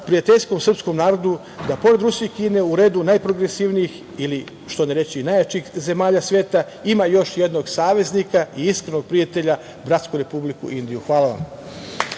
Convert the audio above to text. prijateljskom srpskom narodu da pored Rusije i Kine u redu najprogresivnijih ili što ne reći i najjačih zemalja sveta ima još jednog saveznika i iskrenog prijatelja bratsku Republiku i Indiju. Hvala vam.